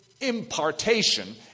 impartation